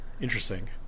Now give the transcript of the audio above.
Interesting